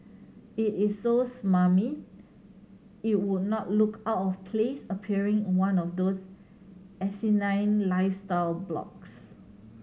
it is so smarmy it would not look out of place appearing in one of those asinine lifestyle blogs